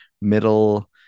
middle